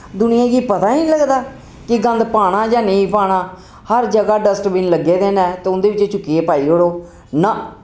दुनिया गी पता ही निं लगदा कि गंद पाना जां नेईं पाना हर जगाह् डस्टबिन लग्गे दे नै ते उंदे बिच चुक्कियै पाई ओड़ो नाह्